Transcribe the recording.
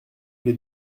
les